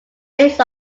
based